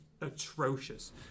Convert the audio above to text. atrocious